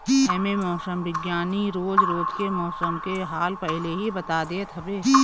एमे मौसम विज्ञानी रोज रोज के मौसम के हाल पहिले ही बता देत हवे